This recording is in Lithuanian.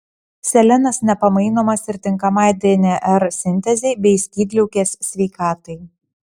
selenas nepamainomas ir tinkamai dnr sintezei bei skydliaukės sveikatai